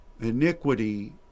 iniquity